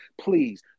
Please